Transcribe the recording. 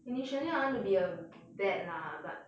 initially I want to be a vet lah but